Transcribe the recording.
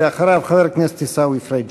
אחריו, חבר הכנסת עיסאווי פריג'.